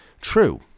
true